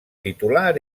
titular